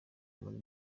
muri